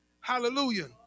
Hallelujah